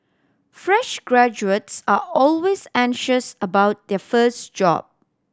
fresh graduates are always anxious about their first job